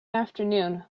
afternoon